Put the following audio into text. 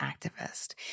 activist